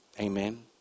Amen